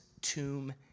tomb